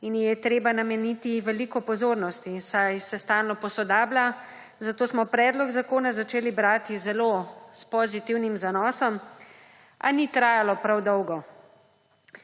ji je treba nameniti veliko pozornosti, saj se stalno posodablja; zato smo predlog zakona začeli brati z zelo pozitivnim zanosom, a ni trajalo prav dolgo.